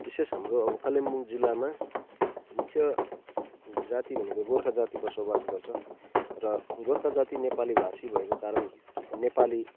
विशेष हाम्रो अब कालिम्पोङ जिल्लामा मुख्य जाति भनेको गोर्खा जाति बसोबास गर्छ र गोर्खा जाति नेपाली भाषी भएको कारण नेपाली